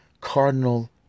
Cardinal